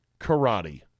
karate